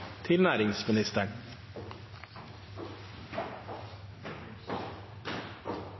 til næringsministeren,